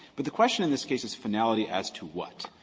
but the question in this case is finality as to what.